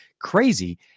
crazy